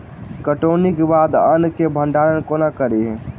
कटौनीक बाद अन्न केँ भंडारण कोना करी?